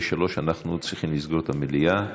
ב-15:00 אנחנו צריכים לסגור את המליאה.